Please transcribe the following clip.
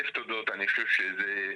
הדבר האחרון שרציתי לומר.